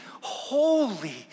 holy